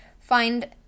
Find